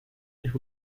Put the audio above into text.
who